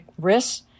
risks